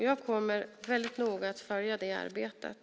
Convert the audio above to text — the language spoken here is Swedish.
Jag kommer noga att följa det arbetet.